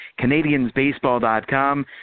Canadiansbaseball.com